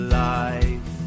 life